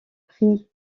prix